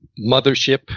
Mothership